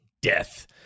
death